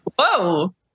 whoa